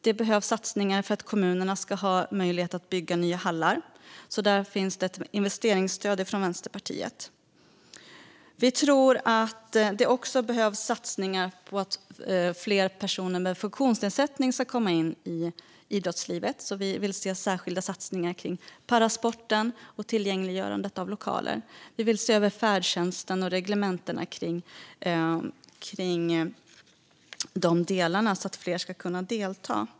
Det behövs satsningar för att kommunerna ska ha möjlighet att bygga nya hallar, och Vänsterpartiet har ett investeringsstöd för detta. Vi tror att det också behövs satsningar på att fler personer med funktionsnedsättning ska komma in i idrottslivet, så vi vill se särskilda satsningar på parasport och tillgängliggörande av lokaler. Vi vill också se över färdtjänsten och reglementena för dessa delar, så att fler ska kunna delta.